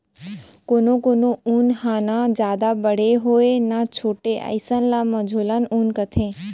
कोनो कोनो ऊन ह न जादा बड़े होवय न छोटे अइसन ल मझोलन ऊन कथें